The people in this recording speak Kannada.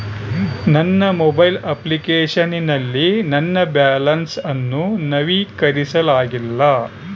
ನನ್ನ ಮೊಬೈಲ್ ಅಪ್ಲಿಕೇಶನ್ ನಲ್ಲಿ ನನ್ನ ಬ್ಯಾಲೆನ್ಸ್ ಅನ್ನು ನವೀಕರಿಸಲಾಗಿಲ್ಲ